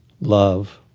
love